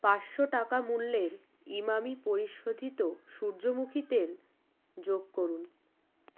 পাঁচশো টাকা মূল্যের ইমামি পরিশোধিত সূর্যমুখী তেল যোগ করুন